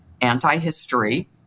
anti-history